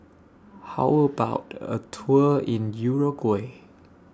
How about A Tour in Uruguay